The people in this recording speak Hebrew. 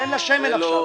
אין לה שמן עכשיו.